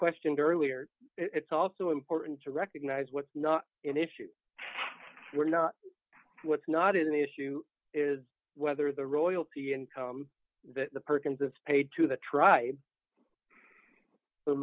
questioned earlier it's also important to recognise what's not an issue we're not what's not in the issue is whether the royalty income that the perkins it's paid to the tri